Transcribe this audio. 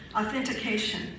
authentication